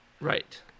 right